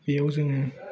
बेयाव जोङो